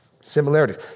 Similarities